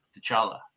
T'Challa